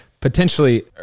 potentially